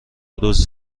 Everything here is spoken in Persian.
روز